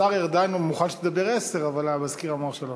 השר ארדן מוכן שתדבר עשר, אבל המזכיר אמר שלוש.